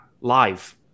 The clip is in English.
live